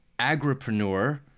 agripreneur